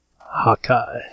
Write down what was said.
Hawkeye